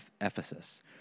Ephesus